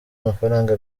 amafaranga